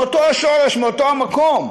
מאותו שורש, מאותו מקום,